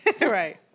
Right